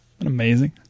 Amazing